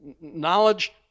knowledge